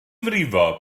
frifo